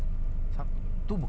office engkau ah